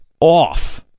off